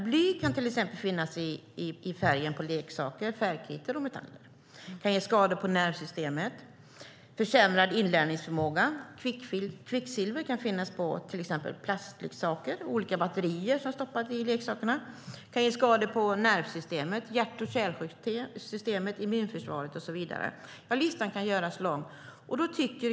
Bly kan finnas i färgen på leksaker, färgkritor och metaller. Det kan ge skador på nervsystemet och försämrad inlärningsförmåga. Kvicksilver kan finnas i plastleksaker och i olika batterier i leksakerna. Det kan ge skador på nervsystemet, hjärt och kärlsystemet och immunförsvaret och så vidare. Listan kan göras lång.